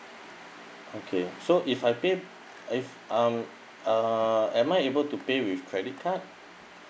okay so if I paid if um uh am I able to pay with credit card